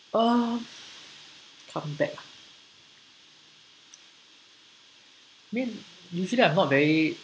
uh comeback ah mean usually I'm not very